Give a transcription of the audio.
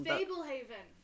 Fablehaven